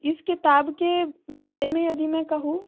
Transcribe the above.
इस किताब के बारे में यदि मैं कहूँ